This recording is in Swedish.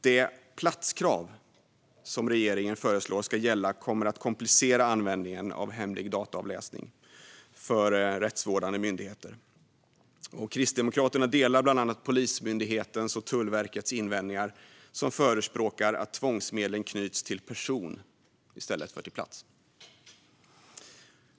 Det platskrav som regeringen föreslår ska gälla kommer att komplicera användningen av hemlig dataavläsning för rättsvårdande myndigheter. Kristdemokraterna delar invändningarna från bland annat Polismyndigheten och Tullverket, som förespråkar att tvångsmedlen knyts till person i stället för till plats.